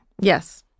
yes